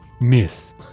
Miss